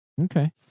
Okay